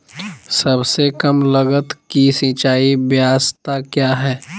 सबसे कम लगत की सिंचाई ब्यास्ता क्या है?